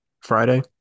Friday